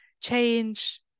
change